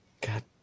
god